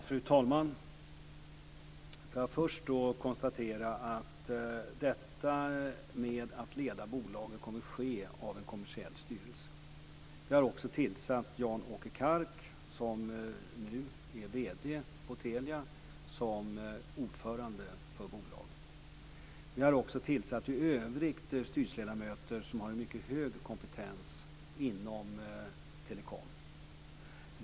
Fru talman! Först kan jag konstatera att ledningen av bolaget kommer att ske med en kommersiell styrelse. Vi har tillsatt Jan-Åke Kark, som nu är vd på Telia, som ordförande för bolaget. Vi har också i övrigt tillsatt styrelseledamöter som har en mycket hög kompetens inom telekom.